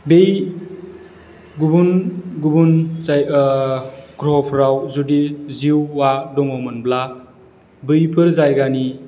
बे गुबुन गुबुन ग्रहफोराव जुदि जिउआ दङमोनब्ला बैफोर जायगानि